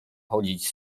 chodzić